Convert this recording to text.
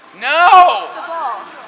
No